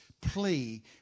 plea